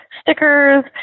stickers